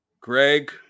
Greg